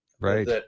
Right